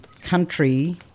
country